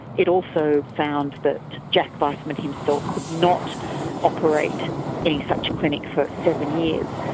it also found that jack vaisman himself could not operate any such clinic for seven years.